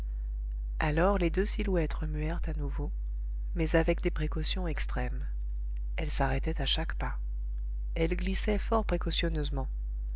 alors les deux silhouettes remuèrent à nouveau mais avec des précautions extrêmes elles s'arrêtaient à chaque pas elles glissaient fort précautionneusement